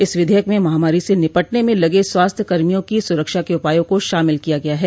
इस विधेयक में महामारी से निपटने में लगे स्वास्थ्य कर्मियों की सुरक्षा के उपायों को शामिल किया गया है